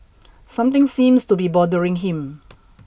something seems to be bothering him